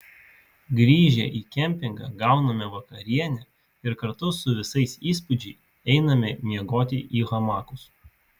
grįžę į kempingą gauname vakarienę ir kartu su visais įspūdžiai einame miegoti į hamakus